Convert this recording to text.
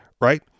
right